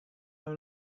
have